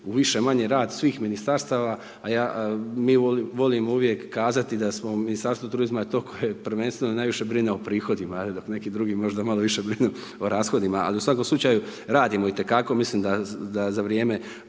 u više-manje rad svih ministarstva, a ja, mi volimo uvijek kazati da smo, Ministarstvo turizma je to koje prvenstveno najviše brine o prihodima, jel, dok neki drugi možda malo više brinu o rashodima. Ali u svakom slučaju radimo itekako, mislim da za vrijeme